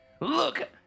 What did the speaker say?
look